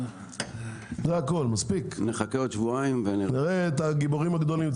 תראה את הגיבורים הגדולים,